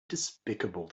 despicable